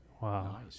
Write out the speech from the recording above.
Wow